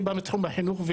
ואני בא מתחום החינוך,